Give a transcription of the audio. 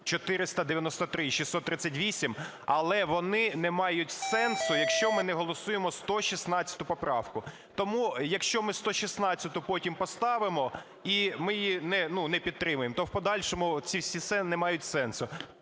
493 638, – але вони не мають сенсу, якщо ми не голосуємо 116 поправку. Тому якщо ми 116-у потім поставимо, і ми її не підтримаємо, то в подальшому оці всі не мають сенсу.